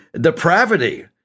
depravity